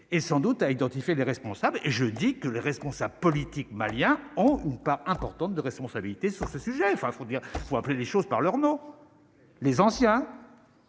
et sans doute à identifier les responsables et je dis que les responsables politiques maliens ont ou pas importante, de responsabilité sur ce sujet, enfin faut dire il faut appeler les choses par leur nom, les anciens,